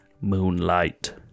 moonlight